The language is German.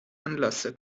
anlasser